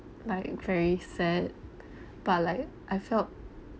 like very sad but like I felt